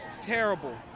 Terrible